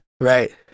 right